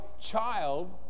child